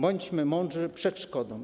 Bądźmy mądrzy przed szkodą.